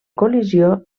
col·lisió